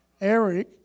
Eric